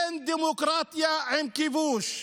אין דמוקרטיה עם כיבוש.